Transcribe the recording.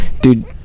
dude